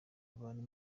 abantu